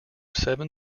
seven